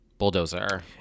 bulldozer